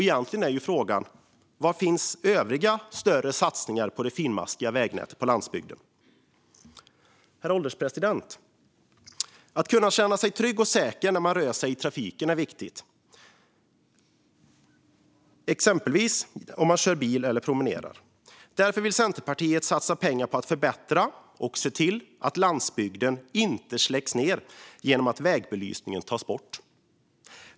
Egentligen är frågan: Var finns övriga större satsningar på det finmaskiga vägnätet på landsbygden? Herr ålderspresident! Att kunna känna sig trygg och säker när man rör sig i trafiken är viktigt, exempelvis om man kör bil eller promenerar. Därför vill Centerpartiet satsa pengar på att förbättra och se till att landsbygden inte släcks ned genom att vägbelysning tas bort.